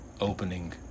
opening